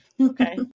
Okay